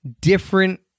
different